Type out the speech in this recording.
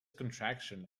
contraction